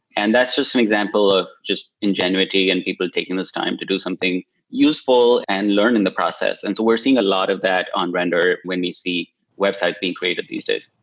and that's just an example of just ingenuity and people taking this time to do something useful and learned in the process. and we're seeing a lot of that on render when we see websites being creative these days.